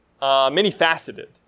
many-faceted